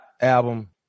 album